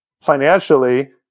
financially